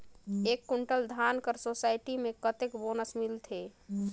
एक कुंटल धान कर सोसायटी मे कतेक बोनस मिलथे?